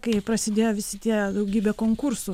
kai prasidėjo visi tie daugybė konkursų